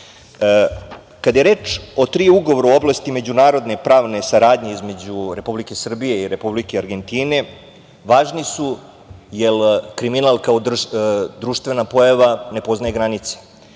je reč o tri ugovora u oblasti međunarodne pravne saradnje između Republike Srbije i Republike Argentine, važni su jer kriminal kao društvena pojava ne poznaje granice.